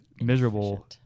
miserable